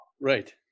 Right